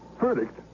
Verdict